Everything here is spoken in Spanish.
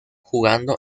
jugando